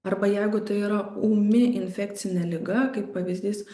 arba jeigu tai yra ūmi infekcinė liga kaip pavyzdys